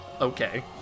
Okay